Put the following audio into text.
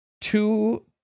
two